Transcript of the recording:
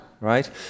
right